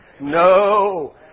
No